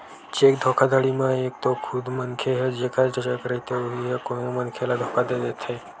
cheque धोखाघड़ी म एक तो खुदे मनखे ह जेखर चेक रहिथे उही ह कोनो मनखे ल धोखा दे देथे